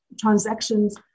transactions